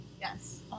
yes